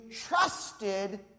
trusted